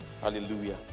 Hallelujah